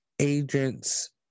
agents